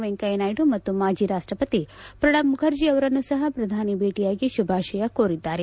ವೆಂಕಯ್ಜನಾಯ್ತು ಮತ್ತು ಮಾಜಿ ರಾಷ್ಟಪತಿ ಪ್ರಣಬ್ ಮುಖರ್ಜಿ ಅವರನ್ನು ಸಹ ಪ್ರಧಾನಿ ಭೇಟಿಯಾಗಿ ಶುಭಾಶಯ ಕೋರಿದ್ದಾರೆ